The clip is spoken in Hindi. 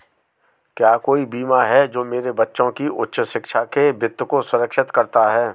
क्या कोई बीमा है जो मेरे बच्चों की उच्च शिक्षा के वित्त को सुरक्षित करता है?